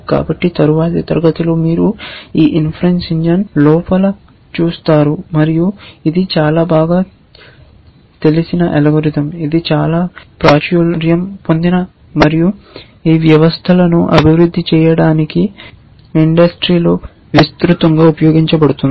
కాబట్టి తరువాతి తరగతిలో మీరు ఈ ఇన్ఫెరెన్స్ ఇంజిన్ లోపల చూస్తారు మరియు ఇది చాలా బాగా తెలిసిన అల్గోరిథం ఇది చాలా ప్రాచుర్యం పొందింది మరియు ఈ వ్యవస్థలను అభివృద్ధి చేయడానికి ఇండస్ట్రీలో విస్తృతంగా ఉపయోగించబడుతుంది